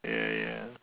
ya ya